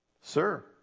Sir